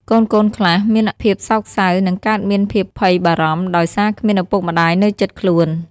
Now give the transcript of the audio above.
កូនៗខ្លះមានភាពសោកសៅ និងកើតមានភាពភ័យបារម្ភដោយសារគ្មានឪពុកម្តាយនៅជិតខ្លួន។